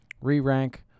re-rank